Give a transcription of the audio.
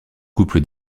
couple